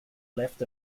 left